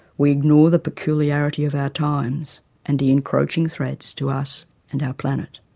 we ignore the peculiarity of our times and the encroaching threats to us and our planet.